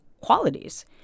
qualities